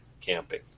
camping